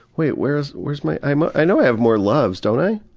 wait, where is where is my i my i know i have more loves, don't i?